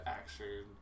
action